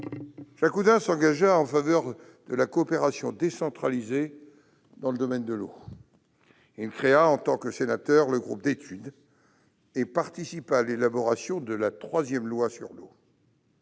Oudin s'engagea en faveur de la coopération décentralisée dans le domaine de l'eau. Il créa, en tant que sénateur, le groupe d'études et participa à l'élaboration de la troisième loi sur l'eau.